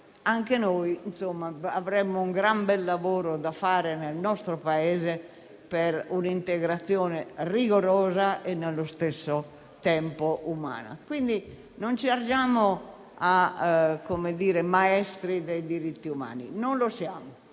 Anche noi avremmo un gran bel lavoro da fare nel nostro Paese per un'immigrazione rigorosa e nello stesso tempo umana, quindi non ci ergiamo a maestri dei diritti umani, perché non lo siamo;